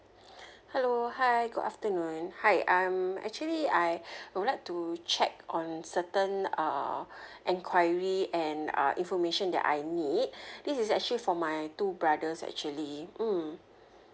hello hi good afternoon hi I'm actually I I would like to check on certain uh enquiry and uh information that I need this is actually for my two brothers actually mm